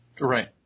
Right